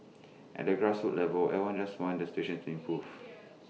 at the grassroots levels everyone just wants the situation to improve